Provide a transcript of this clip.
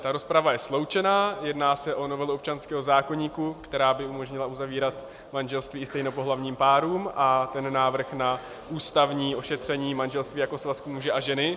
Ta rozprava je sloučená, jedná se o novelu občanského zákoníku, která by umožnila uzavírat manželství i stejnopohlavním párům, a ten návrh na ústavní ošetření manželství jako svazku muže a ženy.